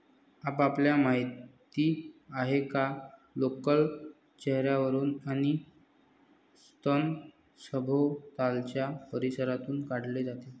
आपल्याला माहित आहे का लोकर चेहर्यावरून आणि स्तन सभोवतालच्या परिसरातून काढले जाते